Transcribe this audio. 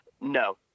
No